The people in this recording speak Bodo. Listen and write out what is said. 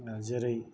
जेरै